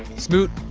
smoot,